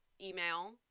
email